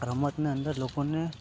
રમતને અંદર લોકોને